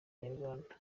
inyarwanda